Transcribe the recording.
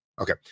Okay